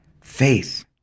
faith